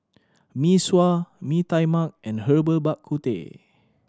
Mee Sua Mee Tai Mak and Herbal Bak Ku Teh